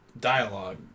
Dialogue